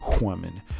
woman